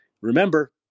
Remember